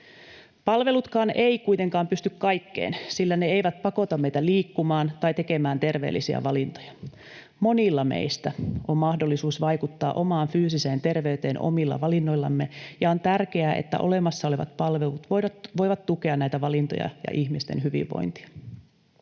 Palvelutkaan eivät kuitenkaan pysty kaikkeen, sillä ne eivät pakota meitä liikkumaan tai tekemään terveellisiä valintoja. Monilla meistä on mahdollisuus vaikuttaa omaan fyysiseen terveyteen omilla valinnoillamme, ja on tärkeää, että olemassa olevat palvelut voivat tukea näitä valintoja ja ihmisten hyvinvointia.